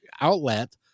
outlet